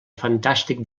fantàstic